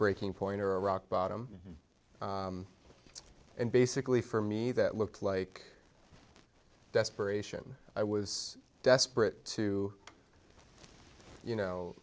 breaking point or a rock bottom and basically for me that looked like desperation i was desperate to you know